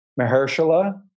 Mahershala